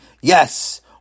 yes